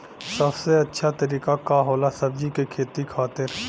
सबसे अच्छा तरीका का होला सब्जी के खेती खातिर?